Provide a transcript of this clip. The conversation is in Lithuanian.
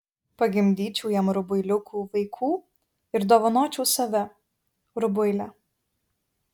pagimdyčiau jam rubuiliukų vaikų ir dovanočiau save rubuilę